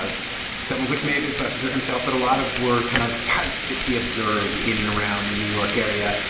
ah some of which may have been schlesinger himself, but a lot of were kind of types that he observed in and around the new york area.